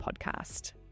podcast